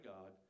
God